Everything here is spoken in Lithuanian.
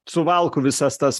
suvalkų visas tas